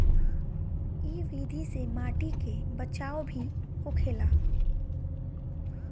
इ विधि से माटी के बचाव भी होखेला